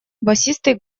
басистый